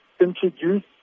introduce